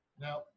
Now